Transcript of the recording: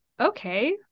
okay